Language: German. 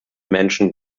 menschen